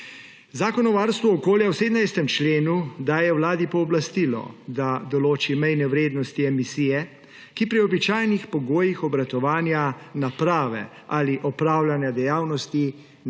Zakon o varstvu okolja v 17. členu daje Vladi pooblastilo, da določi mejne vrednosti emisije, ki pri običajnih pogojih obratovanja naprave ali opravljanja dejavnosti